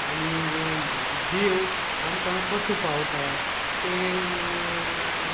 आनी देव आमकां कसो पावता तें